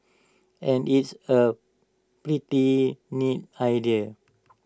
and it's A pretty neat idea